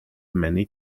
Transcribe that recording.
many